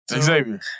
Xavier